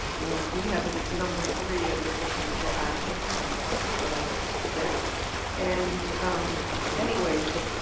well, we have it as number three under potential actions on our slide deck and anyway, the.